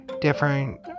different